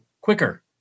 quicker